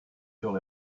sur